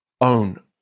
own